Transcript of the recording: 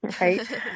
right